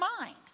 mind